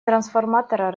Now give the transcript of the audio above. трансформатора